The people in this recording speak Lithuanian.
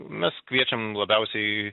mes kviečiam labiausiai